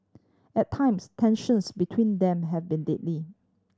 at times tensions between them have been deadly